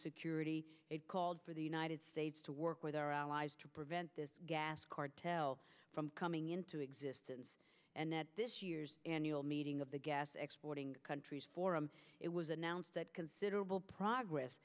security it called for the united states to work with our allies to prevent this gas card tell from coming into existence and that this year's annual meeting of the gas exporting countries forum it was announced that considerable progress